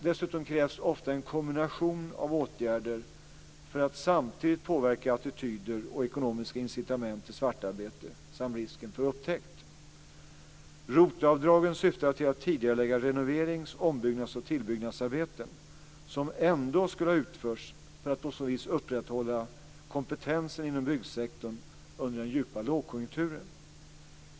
Dessutom krävs ofta en kombination av åtgärder för att samtidigt påverka attityder och ekonomiska incitament till svart arbete, samt risken för upptäckt. ROT-avdragen syftade till att tidigarelägga renoverings-, ombyggnads och tillbyggnadsarbeten som ändå skulle ha utförts för att på så sätt upprätthålla kompetensen inom byggsektorn under den djupa lågkonjunkturen.